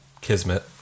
Kismet